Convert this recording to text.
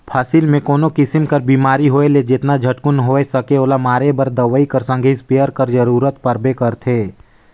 फसिल मे कोनो किसिम कर बेमारी होए ले जेतना झटकुन होए सके ओला मारे बर दवई कर संघे इस्पेयर कर जरूरत परबे करथे